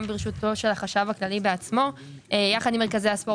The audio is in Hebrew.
גם בראשות החשב הכללי בעצמו יחד עם מרכזי הספורט